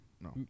no